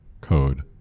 code